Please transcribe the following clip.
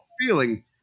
feeling